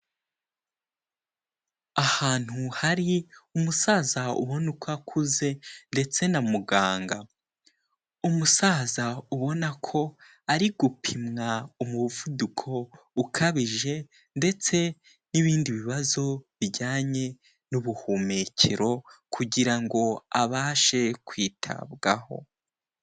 Ahantu hari umusaza ubona ko akuze ndetse na muganga, umusaza ubona ko ari gupimwa umuvuduko ukabije ndetse n'ibindi bibazo bijyanye n'ubuhumekero kugira ngo abashe kwitabwaho.